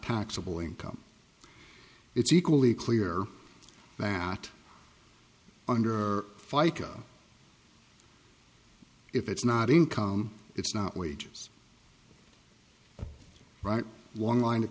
taxable income it's equally clear that under fica if it's not income it's not wages right long line of